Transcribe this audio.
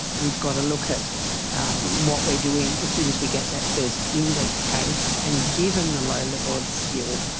we've got to look at what we are doing as soon as we get that first index case, and, given the low level of skill,